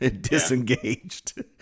disengaged